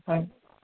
হয়